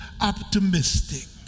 optimistic